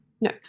No